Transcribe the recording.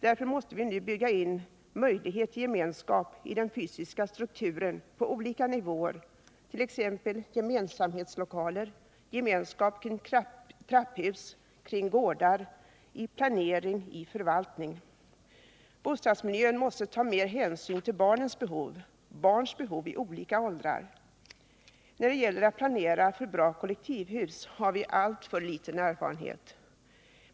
Därför måste vi nu bygga in möjlighet till gemenskap i den fysiska strukturen på olika nivåer, t.ex. gemensamhetslokaler, gemenskap kring trapphus, kring gårdar, i planering, i förvaltning. Bostadsmiljön måste ta mer hänsyn till barns behov i olika åldrar. När det gäller att planera för bra kollektivhus har vi alltför liten erfarenhet.